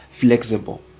flexible